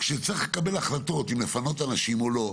כשצריך לקבל החלטות אם לפנות אנשים או לא,